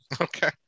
Okay